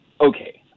okay